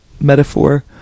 metaphor